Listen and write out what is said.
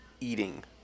eating